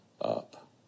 up